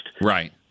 Right